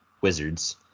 wizards